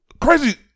Crazy